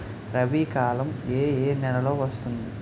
రబీ కాలం ఏ ఏ నెలలో వస్తుంది?